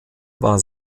war